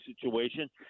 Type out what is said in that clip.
situation